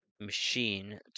Machine